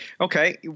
Okay